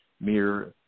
mere